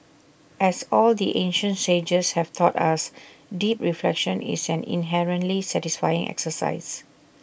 as all the ancient sages have taught us deep reflection is an inherently satisfying exercise